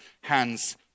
hands